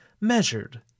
measured